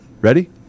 Ready